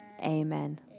Amen